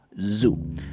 zoo